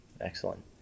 Excellent